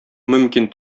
мөмкин